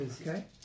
Okay